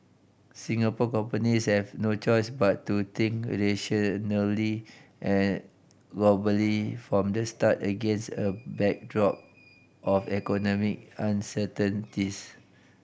Singapore companies have no choice but to think regionally and globally from the start against a backdrop of economy uncertainties